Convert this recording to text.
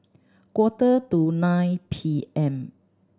quarter to nine P M